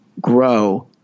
grow